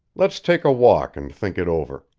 let's take a walk and think it over.